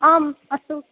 आम् अस्तु